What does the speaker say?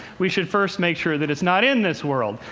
we should first make sure that it's not in this world.